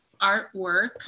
artwork